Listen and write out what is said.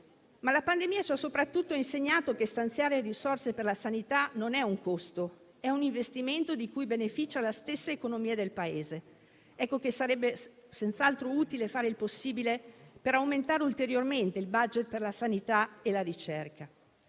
La pandemia ci ha soprattutto insegnato che stanziare risorse per la sanità non è un costo, ma un investimento di cui beneficia la stessa economia del Paese. Sarebbe pertanto senz'altro utile fare il possibile per aumentare ulteriormente il *budget* per la sanità e la ricerca.